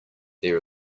there